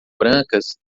brancas